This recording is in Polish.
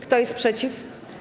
Kto jest przeciw?